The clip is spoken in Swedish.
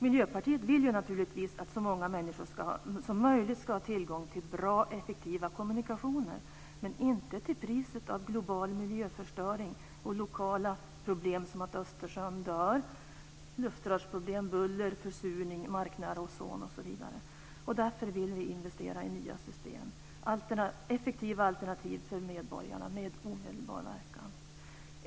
Miljöpartiet vill naturligtvis att så många människor som möjligt ska ha tillgång till bra och effektiva kommunikationer, men inte till priset av global miljöförstöring och lokala problem som att Östersjön dör, luftrörsproblem, buller, försurning, marknära ozon osv. Därför vill vi investera i nya system innefattande effektiva alternativ för medborgarna med omedelbar verkan.